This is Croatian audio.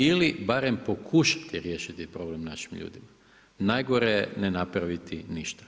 Ili barem pokušati riješiti problem našim ljudima, najgore ne napraviti ništa.